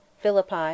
Philippi